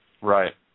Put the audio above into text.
Right